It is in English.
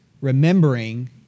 remembering